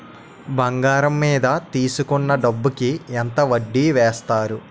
బంగారం మీద తీసుకున్న డబ్బు కి ఎంత వడ్డీ వేస్తారు?